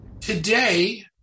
Today